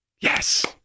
Yes